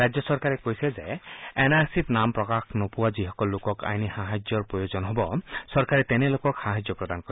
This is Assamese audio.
ৰাজ্য চৰকাৰে কৈছে যে এন আৰ চিত নাম প্ৰকাশ নোপোৱা যিসকল লোকক আইনী সাহায্যৰ প্ৰয়োজন হ'ব চৰকাৰে তেনে লোকক সাহায্য প্ৰদান কৰিব